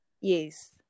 yes